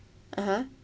(uh huh)